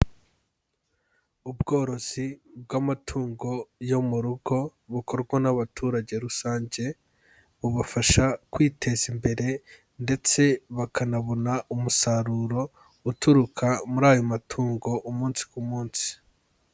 Ubworozi bw'amatungo yo mu rugo bukorwa n'abaturage rusange, bubafasha kwiteza imbere ndetse bakanabona umusaruro uturuka muri ayo matungo umunsi ku munsi.